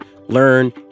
learn